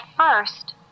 first